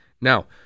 Now